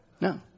No